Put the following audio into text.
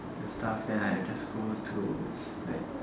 the stuff then I just go to like